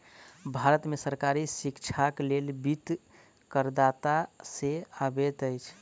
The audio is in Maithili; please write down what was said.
भारत में सरकारी शिक्षाक लेल वित्त करदाता से अबैत अछि